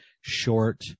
short